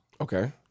Okay